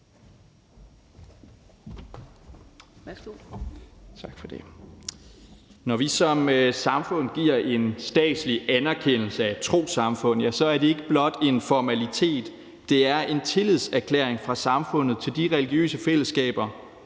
Når vi som samfund giver en statslig anerkendelse af et trossamfund, er det ikke blot en formalitet. Det er en tillidserklæring fra samfundet til de religiøse fællesskaber